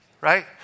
Right